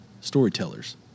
Storytellers